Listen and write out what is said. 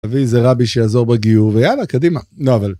נביא איזה רבי שיעזור בגיור ויאללה קדימה, נו אבל.